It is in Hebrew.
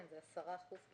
אני שמח.